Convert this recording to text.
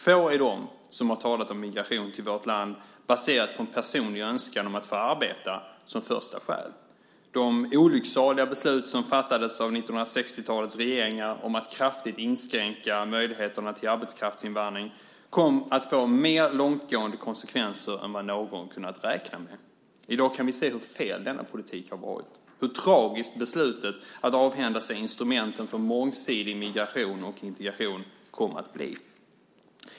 Få är de som har talat om migration till vårt land baserat på en personlig önskan om att få arbeta som första skäl. De olycksaliga beslut som fattades av 1960-talets regeringar om att kraftigt inskränka möjligheterna till arbetskraftsinvandring kom att få mer långtgående konsekvenser än någon kunnat räkna med. I dag kan vi se hur felaktig den politiken har varit och hur tragiskt beslutet att avhända sig instrumenten för mångsidig migration och integration kom att bli.